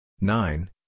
nine